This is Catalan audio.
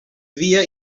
via